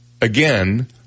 again